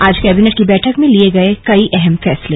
आज कैबिनेट की बैठक में लिये गए कई अहम फैसले